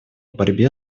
борьбе